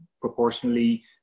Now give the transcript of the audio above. proportionally